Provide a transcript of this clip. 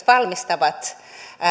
valmistavat